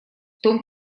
том